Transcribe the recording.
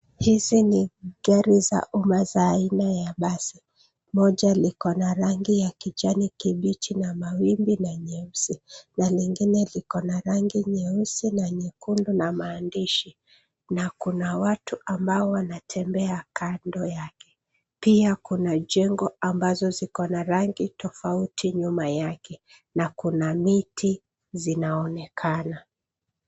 Hizi ni gari za umaassi aina ya basi. Moja liko na rangi ya kijani kibichi na mawimbi meusi na lingine liko na rangi nyeusi na nyekundu na maandishi na kuna watu ambao wanatembea kando yake. Pia kuna jengo ambazo ziko na rangi tofauti nyuma yake na kuna miti zinaonekana.